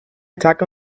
attack